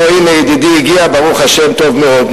או, הנה ידידי הגיע, ברוך השם, טוב מאוד.